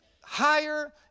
higher